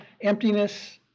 emptiness